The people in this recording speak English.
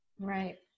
right